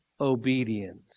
obedience